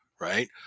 right